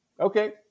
okay